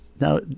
Now